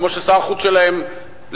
כמו ששר החוץ שלהם אמר,